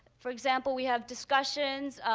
for example, we have discussions,